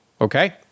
okay